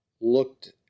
looked